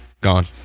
gone